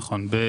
נכון.